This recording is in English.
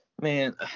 Man